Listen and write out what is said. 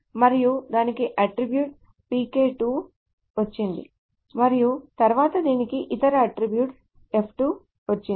మరియు దీనికి attribute pk2 వచ్చింది మరియు తరువాత దీనికి ఇతర అట్ట్రిబ్యూట్ f2 వచ్చింది